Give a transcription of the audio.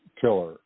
killer